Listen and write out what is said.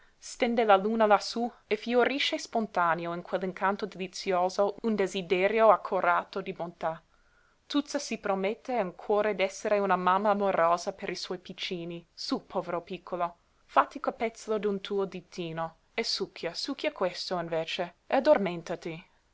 stende la luna lassú e fiorisce spontaneo in quell'incanto delizioso un desiderio accorato di bontà tuzza si promette in cuore d'essere una mamma amorosa per i suoi piccini sú povero piccolo fatti capezzolo d'un tuo ditino e succhia succhia questo invece e addorméntati